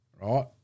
right